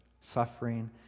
suffering